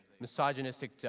misogynistic